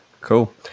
Cool